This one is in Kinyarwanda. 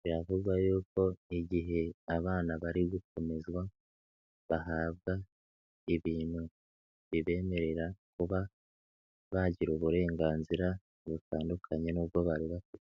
biravuga yuko igihe abana bari gukomezwa bahabwa ibintu bibemerera kuba bagira uburenganzira butandukanye n'ubwo bari bafite.